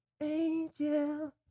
Angel